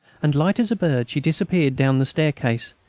and, light as a bird, she disappeared down the staircase,